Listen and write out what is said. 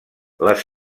les